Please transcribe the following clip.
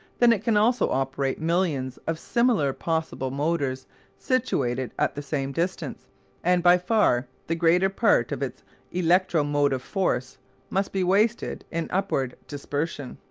then it can also operate millions of similar possible motors situated at the same distance and by far the greater part of its electro-motive force must be wasted in upward dispersion.